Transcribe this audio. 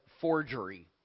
forgery